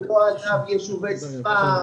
לא אגב יישובי ספר.